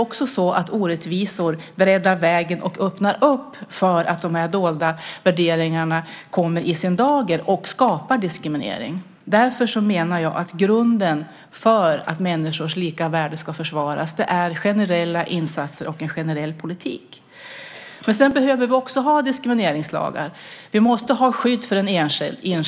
Orättvisor öppnar också för att de dolda värderingarna kommer i öppen dag och skapar diskriminering. Jag menar därför att grunden för att människors lika värde ska försvaras är generella insatser och en generell politik. Vi behöver också ha diskrimineringslagar. Vi måste ha skydd för den enskilde.